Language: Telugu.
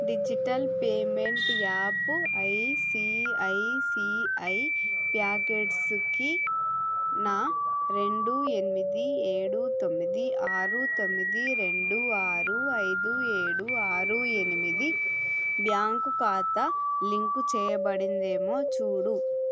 డిజిటల్ పేమెంట్ యాప్ ఐసీఐసీఐ ప్యాకెట్స్కి నా రెండు ఎనిమిది ఏడు తొమ్మిది ఆరు తొమ్మిది రెండు ఆరు ఐదు ఏడు ఆరు ఎనిమిది బ్యాంక్ ఖాతా లింకు చేయబడిందేమో చూడు